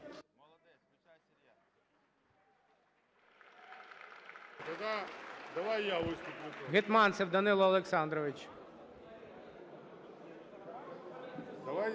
Гетманцев Данило Олександрович.